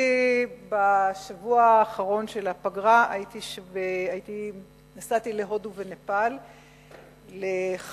בשבוע האחרון של הפגרה נסעתי להודו ונפאל לשבוע,